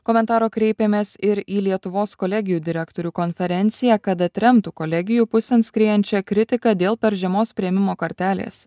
komentaro kreipėmės ir į lietuvos kolegijų direktorių konferenciją kad atremtų kolegijų pusėn skriejančią kritiką dėl per žemos priėmimo kartelės